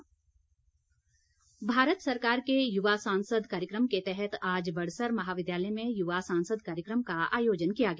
युवा सांसद भारत सरकार के युवा सांसद कार्यक्रम के तहत आज बड़सर महाविद्यालय में युवा सांसद कार्यक्रम का आयोजन किया गया